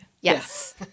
Yes